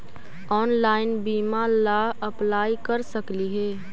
Online बीमा ला apply कर सकली हे?